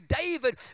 David